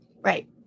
right